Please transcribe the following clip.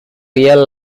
real